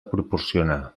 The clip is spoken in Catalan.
proporciona